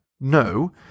No